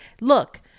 Look